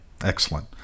Excellent